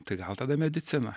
tai gal tada medicina